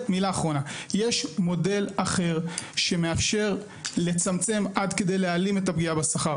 מרוויחה 40 שקלים לשעה בשכר